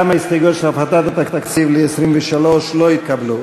גם ההסתייגויות של הפחתת התקציב ב-23 לא התקבלו.